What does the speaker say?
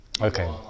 Okay